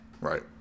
Right